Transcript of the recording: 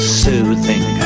soothing